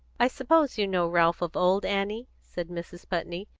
i suppose you know ralph of old, annie? said mrs. putney.